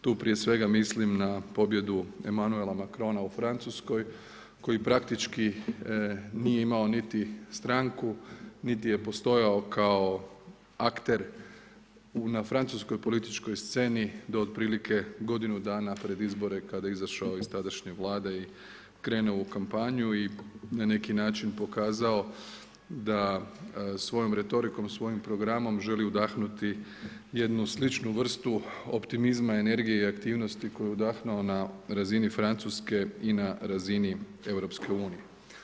Tu prije svega mislim na pobjedu Emmanuela Macrona u Francuskoj koji praktički nije imao niti stranku, niti je postojao kao akter na francuskoj političkoj sceni do otprilike godinu dana pred izbore kada je izašao iz tadašnje Vlade i krenuo u kampanju i na neki način pokazao da svojom retorikom, svojim programom želi udahnuti jednu sličnu vrstu optimizma, energije i aktivnosti koju je udahnuo na razini Francuske i na razini Europske unije.